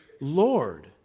Lord